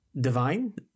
divine